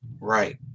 Right